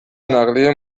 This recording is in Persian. نقلیه